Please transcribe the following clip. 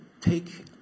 take